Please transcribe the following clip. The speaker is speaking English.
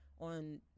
on